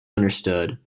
understood